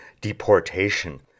deportation